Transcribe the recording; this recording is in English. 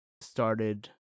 started